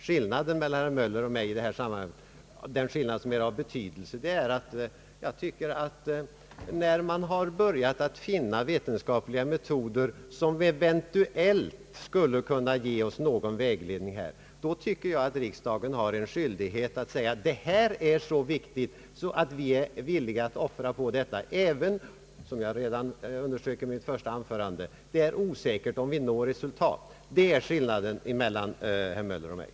Skillnaden mellan herr Möllers uppfattning och min i det här sammanhanget — den skillnad som är av någon betydelse — är att jag tycker att när man börjat finna vetenskapliga metoder som eventuellt skulle kunna ge oss någon vägledning, så har riksdagen skyldighet att säga: Detta är så viktigt att vi är villiga att offra på det, även om det är osäkert, huruvida man når resultat!